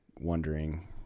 wondering